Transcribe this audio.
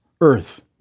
earth